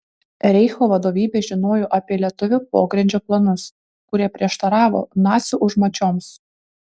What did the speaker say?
reicho vadovybė žinojo apie lietuvių pogrindžio planus kurie prieštaravo nacių užmačioms